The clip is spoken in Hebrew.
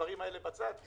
אני